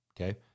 Okay